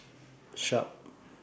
Sharp